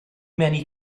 many